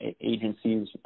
agencies